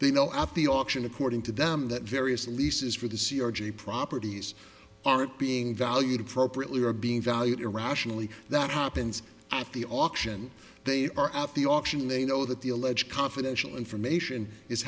they know at the option according to them that various leases for the sea org properties aren't being valued appropriately are being valued irrationally that happens at the auction they are out the auction they know that the alleged confidential information is